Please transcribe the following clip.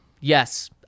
yes